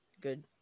good